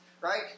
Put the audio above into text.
right